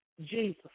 Jesus